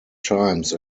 times